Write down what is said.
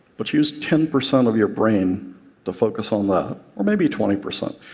but use ten percent of your brain to focus on that, or maybe twenty percent,